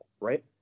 right